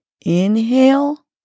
Inhale